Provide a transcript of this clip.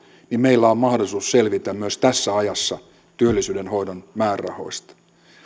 niin meillä on mahdollisuus selvitä myös tässä ajassa työllisyyden hoidon määrärahoista